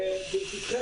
ואם תדחה את זה,